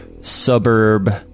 suburb